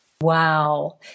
Wow